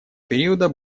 периода